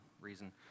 reason